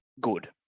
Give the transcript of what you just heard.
good